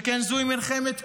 שכן זאת מלחמת קיום,